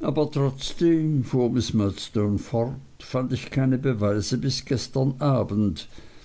aber trotzdem fuhr miß murdstone fort fand ich keine beweise bis gestern abends